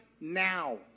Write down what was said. now